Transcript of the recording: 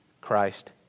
Christ